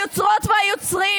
היוצרות והיוצרים,